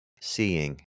seeing